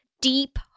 deep